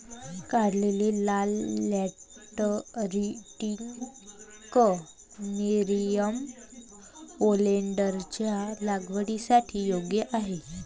काढलेले लाल lateritic nerium ओलेन्डरच्या लागवडीसाठी योग्य आहे